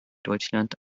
deutschland